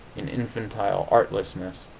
an infantile artlessness.